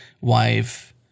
wife